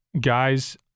guys